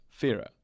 Fira